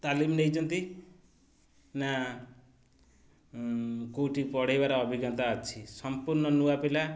ତାଲିମ ନେଇଛନ୍ତି ନା କେଉଁଠି ପଢ଼େଇବାର ଅଭିଜ୍ଞତା ଅଛି ସମ୍ପୂର୍ଣ୍ଣ ନୂଆ ପିଲା